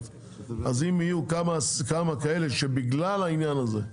אז אם יהיו כמה כאלה שבגלל העניין הזה,